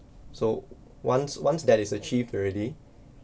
so once once that is achieved already